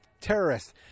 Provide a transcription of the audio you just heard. terrorists